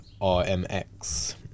RMX